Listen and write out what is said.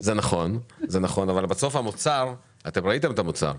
זה נכון, אבל בסוף המוצר, ואתם ראיתם את המוצר,